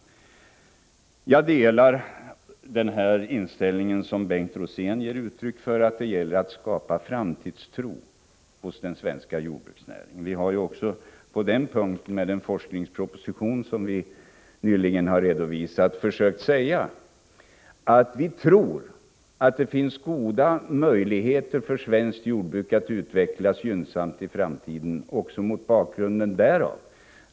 Jag delar den inställning som Bengt Rosén gav uttryck för. Det gäller att skapa framtidstro hos den svenska jordbruksnäringen. Med den forskningsproposition som vi nyligen har redovisat har vi också försökt säga att vi tror att det finns goda möjligheter för svenskt jordbruk att i framtiden utvecklas gynnsamt.